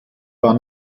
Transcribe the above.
war